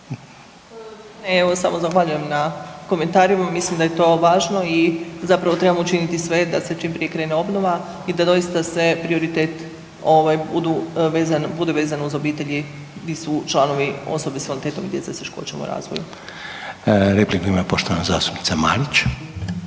Evo zahvaljujem na komentarima, mislim da je to važno i zapravo trebamo učiniti sve da se čim prije krene obnova i da doista se prioritet ovaj budu, bude vezan uz obitelji gdje su članovi osobe s invaliditetom i djeca s teškoćama u razvoju. **Reiner, Željko (HDZ)** Repliku ima poštovana zastupnica Marić.